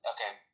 Okay